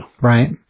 Right